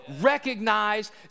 recognize